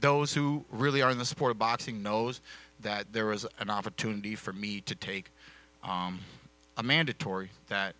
those who really are in the sport of boxing knows that there was an opportunity for me to take a mandatory that